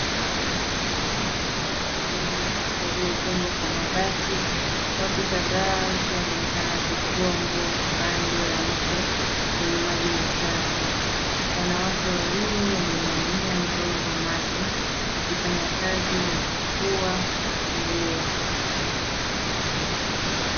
Katika makaazi duni yaliyo jengwa kwa mabati. Watu kadhaa wanaonekana wakifua nguo kando ya mto wenye maji machafu. Wanawake wawili wameinamia ndio za maji wakifanya kazi ya kufua nguo.